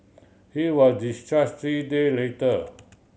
he were discharge three day later